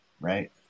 right